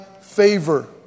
favor